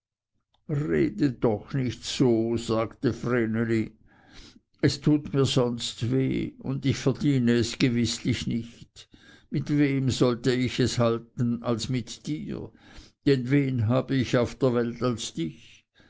rede doch nicht so sagte vreneli es tut mir sonst weh und ich verdiene es gewißlich nicht mit wem wollte ich es halten als mit dir denn wen habe ich auf der welt als dich